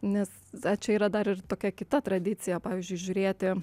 nes čia yra dar ir tokia kita tradicija pavyzdžiui žiūrėti